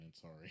Sorry